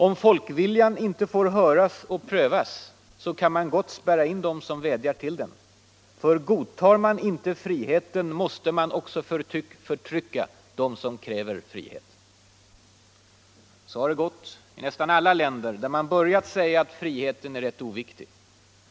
Om folkviljan inte får höras och prövas, kan man gott spärra in dem som vädjar till den. Ty godtar man inte friheten, måste man också förtrycka dem som kräver frihet. Så har det gått i nästan alla länder där man börjat säga att friheten är rätt oviktig.